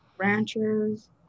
Ranchers